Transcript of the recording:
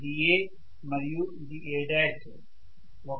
ఇది A మరియు ఇది A'